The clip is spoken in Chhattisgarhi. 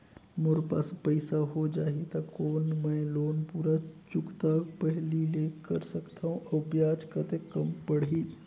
मोर पास पईसा हो जाही त कौन मैं लोन पूरा चुकता पहली ले कर सकथव अउ ब्याज कतेक कम पड़ही?